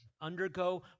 undergo